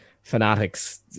fanatics